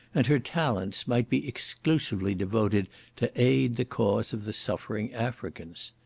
and her talents might be exclusively devoted to aid the cause of the suffering africans.